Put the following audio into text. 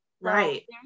right